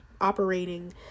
operating